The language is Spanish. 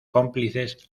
cómplices